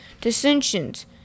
dissensions